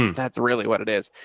that's really what it is.